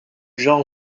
genre